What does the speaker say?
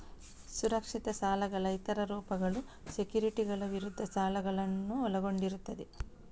ಸುರಕ್ಷಿತ ಸಾಲಗಳ ಇತರ ರೂಪಗಳು ಸೆಕ್ಯುರಿಟಿಗಳ ವಿರುದ್ಧ ಸಾಲಗಳನ್ನು ಒಳಗೊಂಡಿರುತ್ತವೆ